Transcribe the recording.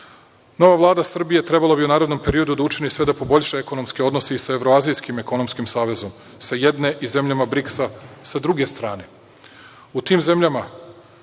Vlada Srbije trebalo bi u narednom periodu da učini sve da poboljša ekonomske odnose i sa evroazijskim ekonomskim savezom, sa jedne i sa zemljama BRIKS-a sa druge strane.